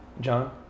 John